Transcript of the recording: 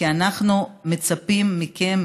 כי אנחנו מצפים מכם,